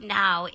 now